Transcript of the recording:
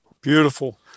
Beautiful